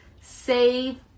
Save